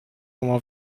oma